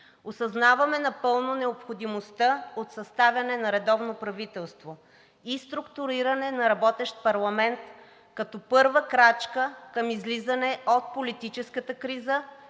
Осъзнаваме напълно необходимостта от съставяне на редовно правителство и структуриране на работещ парламент като първа крачка към излизане от политическата криза